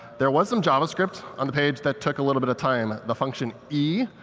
there was some javascript on the page that took a little bit of time. the function e,